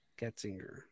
Getzinger